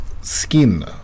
skin